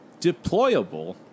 deployable